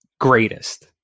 greatest